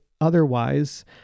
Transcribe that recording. otherwise